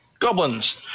Goblins